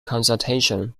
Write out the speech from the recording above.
consultation